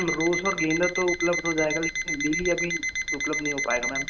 रोज़ और गेंदा तो उपलब्ध हो जाएगा लेकिन लिली अभी उपलब्ध नहीं हो पाएगा मैम